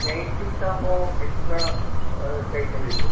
night ഷിഫ്റ്റാകുമ്പോൾ extra stipend കിട്ടുമോ